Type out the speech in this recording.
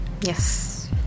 Yes